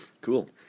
cool